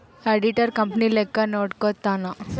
auditor company ಲೆಕ್ಕ ನೋಡ್ಕಂತಾನ್